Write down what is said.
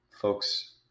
folks